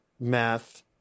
Math